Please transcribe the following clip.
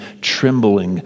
trembling